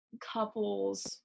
couples